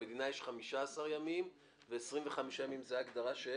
למדינה יש 15 ימים, ו-25 ימים זו הגדרה של מי?